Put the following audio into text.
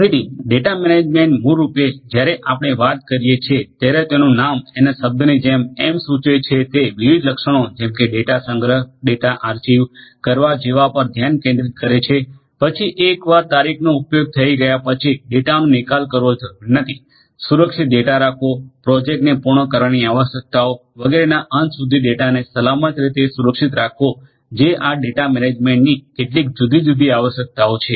તેથી data management મૂળરૂપે જ્યારે આપણે વાત કરીએ છીએ ત્યારે તેનું નામ એના શબ્દની જેમ એમ સૂચવે છે તે વિવિધ લક્ષણો જેમ કે ડેટા સંગ્રહ ડેટા આર્ચીવ કરવા જેવા પર ધ્યાન કેન્દ્રિત કરે છે પછી એકવાર તારીખનો ઉપયોગ થઈ ગયા પછી ડેટાનો નિકાલ કરવો જરૂરી નથી સુરક્ષિત ડેટા રાખવો પ્રોજેક્ટને પૂર્ણ કરવાની આવશ્યકતાઓ વગેરેના અંત સુધી ડેટાને સલામત રીતે સુરક્ષિત રીતે રાખવો જે આ ડેટા મેનેજમેન્ટ ની કેટલીક જુદી જુદી આવશ્યકતાઓ છે